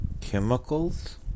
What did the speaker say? chemicals